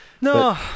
No